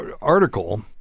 article